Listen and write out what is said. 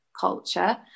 culture